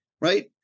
right